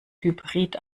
hybrid